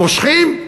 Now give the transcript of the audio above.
מושכים.